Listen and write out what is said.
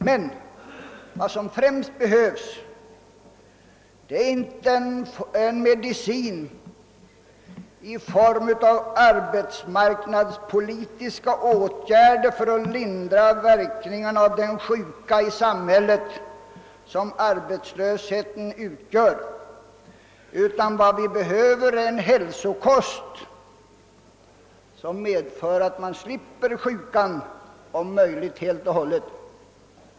Men vad som främst behövs är inte en medicin i form av arbetsmarknadspolitiska åtgärder för att lindra verkningarna av den sjuka i samhället som arbetslösheten utgör, utan vad vi behöver är en hälsokost som medför att vi slipper sjukan, om möjligt helt och hållet.